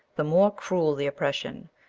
the more cruel the oppression,